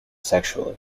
sexually